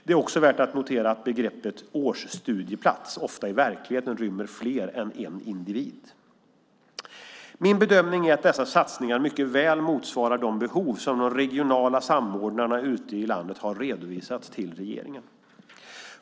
Det är också värt att notera att begreppet årsstudieplats ofta i verkligheten rymmer fler än en individ. Min bedömning är att dessa satsningar mycket väl motsvarar de behov som de regionala samordnarna ute i landet har redovisat till regeringen.